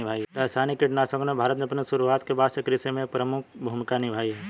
रासायनिक कीटनाशकों ने भारत में अपनी शुरुआत के बाद से कृषि में एक प्रमुख भूमिका निभाई है